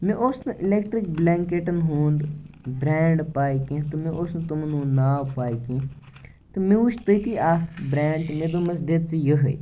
مےٚ اوٗس نہٕ اِلیٚکٹِرٛک بلینٛکیٚٹَن ہُنٛد برٛینڈ پاے کیٚنٛہہ تہٕ مےٚ اوٗس نہٕ تِمَن ہُنٛد ناو پاے کیٚنٛہہ تہٕ مےٚ وُچھ تٔتی اَکھ برٛینڈ تہٕ مےٚ دوٚپمَس دِ ژٕ یِہٲے